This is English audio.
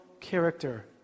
character